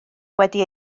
wedi